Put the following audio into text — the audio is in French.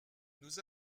nous